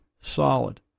solid